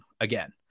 again